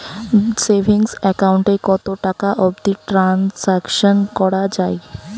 Savings account এ কতো টাকা অবধি ট্রানসাকশান করা য়ায়?